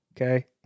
Okay